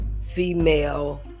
female